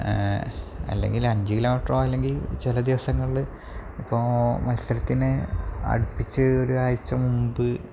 അല്ലെങ്കിലഞ്ച് കിലോമീറ്ററോ അല്ലെങ്കില് ചില ദിവസങ്ങളില് ഇപ്പോള് മത്സരത്തിന് അടുപ്പിച്ച് ഒരാഴ്ച മുൻപ്